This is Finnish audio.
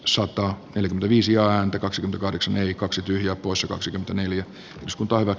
sota eli viisi ääntä kaksi kahdeksan neljä kaksi tyhjää poissa kaksikymmentäneljä scun toivat